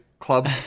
club